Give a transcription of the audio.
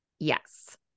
Yes